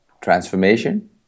transformation